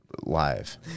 Live